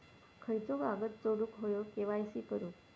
खयचो कागद जोडुक होयो के.वाय.सी करूक?